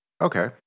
Okay